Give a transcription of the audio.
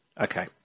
Okay